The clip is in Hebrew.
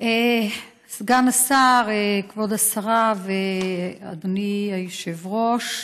סגן השר, כבוד השרה ואדוני היושב-ראש,